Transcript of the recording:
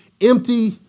empty